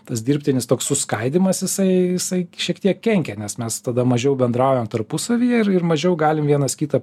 tas dirbtinis toks suskaidymas jisai jisai šiek tiek kenkia nes mes tada mažiau bendraujam tarpusavyje ir ir mažiau galim vienas kitą